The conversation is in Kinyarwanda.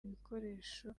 ibikoresho